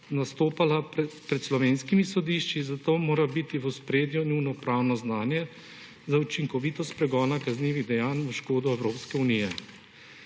nastopala pred slovenskimi sodišči, zato mora biti v ospredju njuno pravno znanje za učinkovitost pregona kaznivih dejanj v škodo Evropske unije.